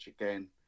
again